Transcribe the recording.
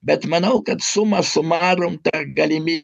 bet manau kad suma sumarum ta galimybė